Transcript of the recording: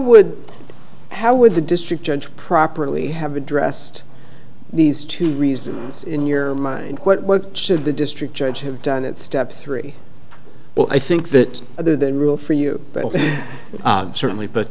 would how would the district judge properly have addressed these two reasons in your mind what should the district judge have done it step three well i think that other than rule for you certainly but